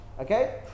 Okay